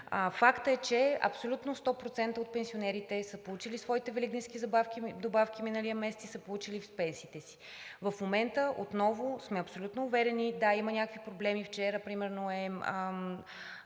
Факт е, че абсолютно 100% от пенсионерите са получили своите великденски добавки миналия месец и са получили пенсиите си. В момента отново сме абсолютно уверени, но да, има някакви проблеми, вчера примерно е